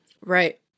Right